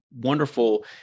wonderful